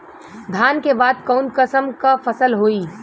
धान के बाद कऊन कसमक फसल होई?